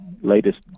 latest